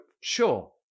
Sure